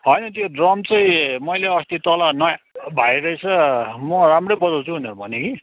होइन त्यो ड्रम चाहिँ मैले अस्ति तल नयाँ भाइ रहेछ म राम्रै बजाउँछु भनेर भन्यो कि